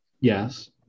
yes